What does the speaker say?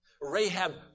Rahab